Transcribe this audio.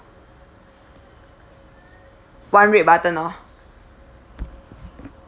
one red button oh